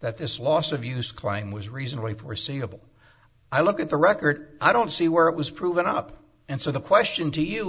that this loss of use climb was reasonably foreseeable i look at the record i don't see where it was proven up and so the question to you